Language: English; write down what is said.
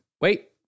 Wait